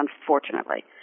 unfortunately